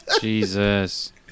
Jesus